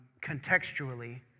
contextually